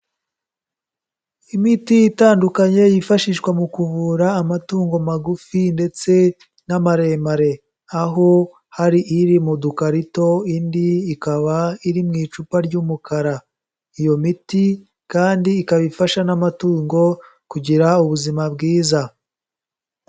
Imiti itandukanye yifashishwa mu kuvura amatungo magufi ndetse n'amaremare aho hari iri mu dukarito indi ikaba iri mu icupa ry'umukara, iyo miti kandi ikaba ifasha n'amatungo kugira ubuzima bwiza.